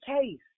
case